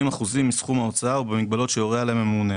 אחוזים מסכום ההוצאה ובמגבלות שיורה עליהן הממונה".